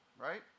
Right